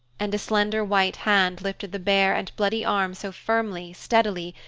and a slender white hand lifted the bare and bloody arm so firmly, steadily,